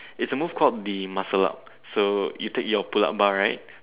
it's a move called the muscle up so you take your pull up bar right